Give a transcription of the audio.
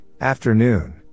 afternoon